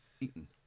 eaten